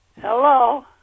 Hello